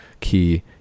key